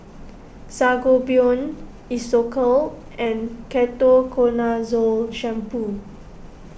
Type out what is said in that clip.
Sangobion Isocal and Ketoconazole Shampoo